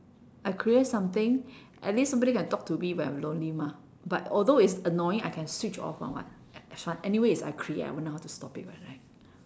I create something at least somebody can talk to me when I'm lonely mah but although it's annoying I can switch off [one] [what] anyway is I create I'll know how to stop it [what] right